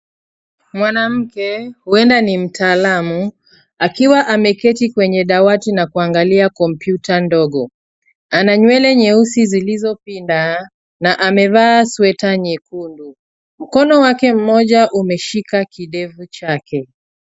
Mwanamke, huenda ni mtaalamu akiwa ameketi kwenye dawati na kuangalia kompyuta ndogo, ana nywele nyeusi zilizopinda na amevaa sweta nyekundu. Mkono wake mmoja umeshika kidevu chake.